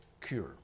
cure